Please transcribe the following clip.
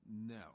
No